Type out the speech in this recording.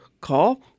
call